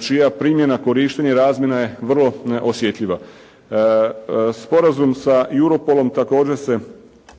čija primjena, korištenje i razmjena je vrlo osjetljiva. Sporazum sa Europol-om također se